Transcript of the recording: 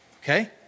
okay